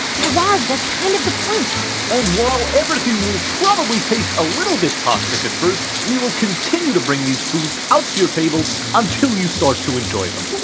guy raz, that's kind of the point and while everything will probably taste a little bit toxic at first, we will continue to bring these foods out to your table until you start to enjoy them,